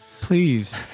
Please